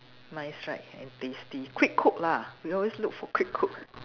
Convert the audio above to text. nice right and tasty quick cook lah we always look for quick cook